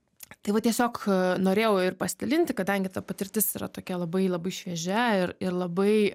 tai va tiesiog norėjau ir pasidalinti kadangi ta patirtis yra tokia labai labai šviežia ir ir labai